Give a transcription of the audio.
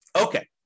Okay